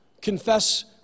Confess